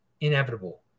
inevitable